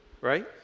right